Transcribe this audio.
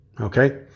Okay